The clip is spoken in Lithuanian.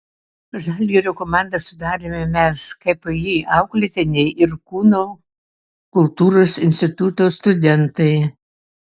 žalgirio komandą sudarėme mes kpi auklėtiniai ir kūno kultūros instituto studentai